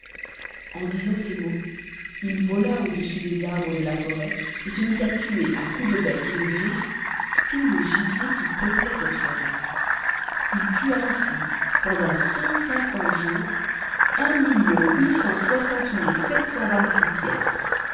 en disant ces mots il vola au-dessus des arbres du la forêt et se mit à tuer à coups de bec et de griffes tout le gibier qui peuplait cette forêt il tua ainsi pendant cent cinquante jours un million